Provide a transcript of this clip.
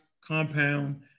compound